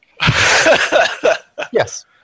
Yes